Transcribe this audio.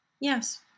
Yes